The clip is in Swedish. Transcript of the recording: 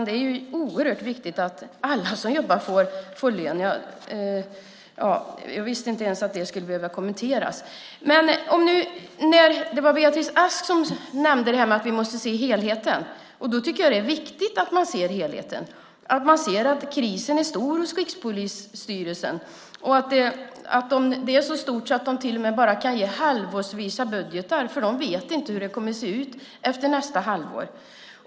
Det är oerhört viktigt att alla som jobbar får lön. Jag visste inte ens att det skulle behöva kommenteras. Beatrice Ask nämnde att vi måste se helheten. Jag tycker att det är viktigt att man ser helheten och inser att krisen är så svår hos Rikspolisstyrelsen att den bara kan ge halvårsvisa budgetar; man vet inte hur det kommer att se ut efter nästa halvår.